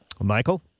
michael